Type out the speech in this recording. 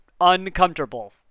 uncomfortable